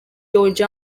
george